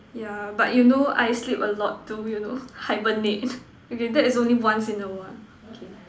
yeah but you know I sleep a lot too you know hibernate okay that is only once in a while okay